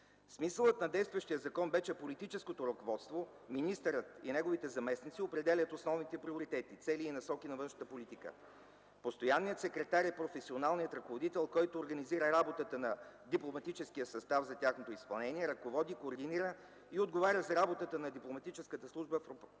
Смисълът на действащия закон беше политическото ръководство – министърът и неговите заместници, да определят основните приоритети, цели и насоки на външната политика. Постоянният секретар и професионалният ръководител, който организира работата на дипломатическия състав за тяхното изпълнение, ръководи, координира и отговаря за работата на дипломатическата служба в